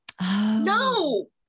No